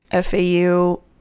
FAU